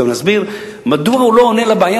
להסביר מדוע הוא לא עונה על הבעיה,